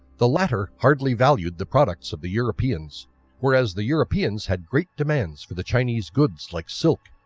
the latter hardly valued the products of the europeans whereas the europeans had great demands for the chinese goods like silk,